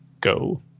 go